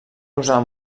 usar